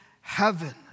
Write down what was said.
heaven